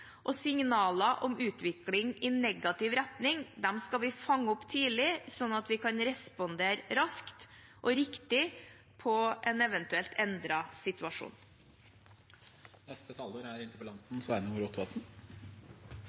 og nasjonalt. Signaler om utvikling i negativ retning skal vi fange opp tidlig slik at vi kan respondere raskt og riktig på en eventuelt endret situasjon. Eg takkar for svaret. Det er